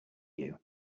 you